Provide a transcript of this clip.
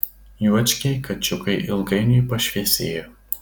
juočkiai kačiukai ilgainiui pašviesėjo